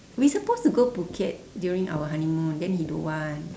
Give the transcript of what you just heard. we supposed to go phuket during our honeymoon then he don't want